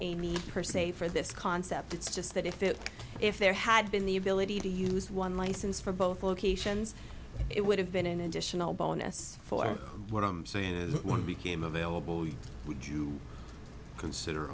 me per se for this concept it's just that if it if there had been the ability to use one license for both locations it would have been an additional bonus for what i'm saying is one became available would you consider